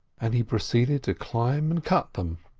and he proceeded to climb and cut them.